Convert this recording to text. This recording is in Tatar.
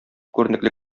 күренекле